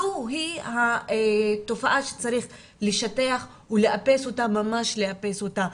זו התופעה שצריך לשטח ולאפס אותה, ממש לאפס אותה.